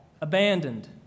abandoned